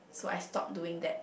so I stop doing that